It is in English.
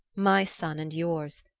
my son and yours,